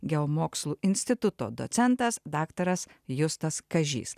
geomokslų instituto docentas daktaras justas kažys